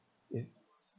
if